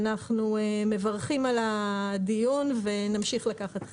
אנחנו מברכים על הדיון, ונמשיך לקחת חלק.